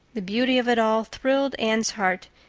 the beauty of it all thrilled anne's heart,